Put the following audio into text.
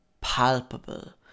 palpable